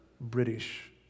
British